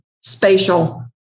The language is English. spatial